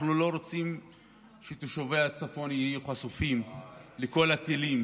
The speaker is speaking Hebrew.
אנחנו לא רוצים שתושבי הצפון יהיו חשופים לכל הטילים